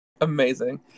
Amazing